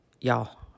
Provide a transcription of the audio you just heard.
y'all